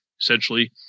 essentially